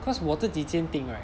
cause 我自己坚定 right